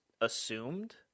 assumed